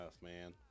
man